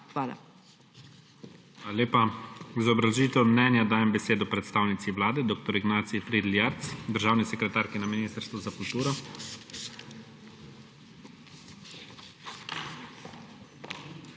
Hvala lepa. Za obrazložitev mnenja dajem besedo predstavnici Vlade, dr. Ignaciji Fridl Jarc, državni sekretarki na Ministrstvu za kulturo. **DR.